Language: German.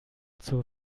zur